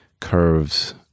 curves